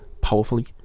powerfully